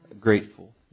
grateful